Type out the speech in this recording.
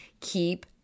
keep